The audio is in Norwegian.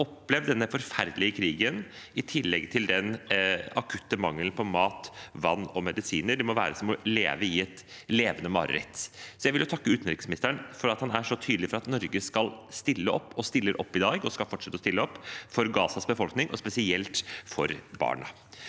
opplevd denne forferdelige krigen, i tillegg til den akutte mangelen på mat, vann og medisiner. Det må være som å leve i et mareritt. Jeg vil takke utenriksministeren for at han er så tydelig på at Norge skal stille opp, at vi stiller opp i dag og skal fortsette å stille opp for Gazas befolkning, og spesielt for barna.